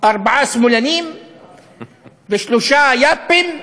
ארבעה שמאלנים ושלושה יאפים,